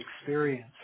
experience